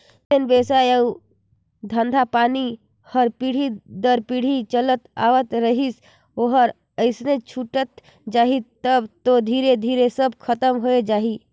जेन बेवसाय अउ धंधा मन हर पीढ़ी दर पीढ़ी चलत आवत रहिस ओहर अइसने छूटत जाही तब तो धीरे धीरे सब खतम होए जाही